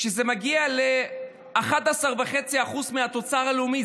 כשזה מגיע ל-11.5% מהתוצר הלאומי,